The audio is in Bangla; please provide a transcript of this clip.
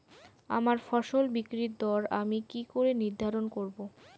আমার ফসল বিক্রির দর আমি কি করে নির্ধারন করব?